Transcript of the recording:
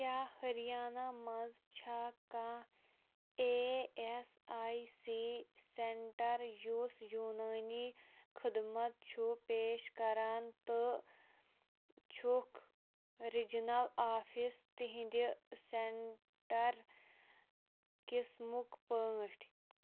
کیٛاہ ۂریانہ مَنٛز چھا کانٛہہ A S I C centre یُس یوٗنٲنی خدمت چھُ پیش کران تہٕ چھُکھ رِجنَل آفِس تِہنٛدِ سینٹر قِسمُک پٲٹھۍ؟